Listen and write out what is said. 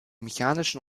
mechanischen